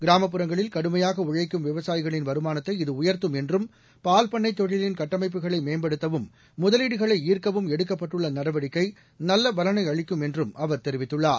கிராமப்புறங்களில் கடுமையாக உழைக்கும் விவசாயிகளின் வருமானத்தை இது உயர்த்தும் என்றும் பால்ப்பண்ணைத் தொழிலின் கட்டமைப்புகளை மேம்படுத்தவும் முதலீடுகளை ஈர்க்கவும் எடுக்கப்பட்டுள்ள நடவடிக்கை நல்ல பலனை அளிக்கும் என்றும் அவர் தெரிவித்துள்ளார்